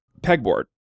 pegboard